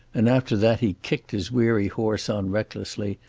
and after that he kicked his weary horse on recklessly,